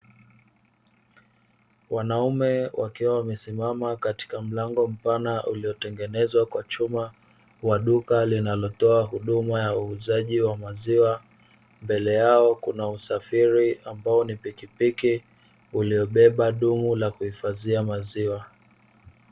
Wanaume wakiwa wamesimama katika mlango mpana uliotengenezwa kwa chuma wa duka linalotoa huduma ya uuzaji wa maziwa, mbele yao kuna usafiri ambao ni pikipiki iliyobeba dumu la kuhifadhia maziwa.